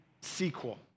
sequel